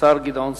השר גדעון סער.